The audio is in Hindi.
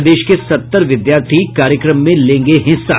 प्रदेश के सत्तर विद्यार्थी कार्यक्रम में लेंगे हिस्सा